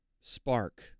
spark